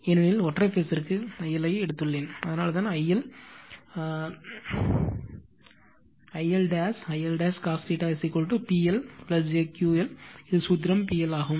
ஏனெனில் ஒற்றை பேஸ் ற்கு I L ஐ எடுத்துள்ளேன் அதனால்தான் I L I L cos PL jQ L இது சூத்திரம் PL ஆகும்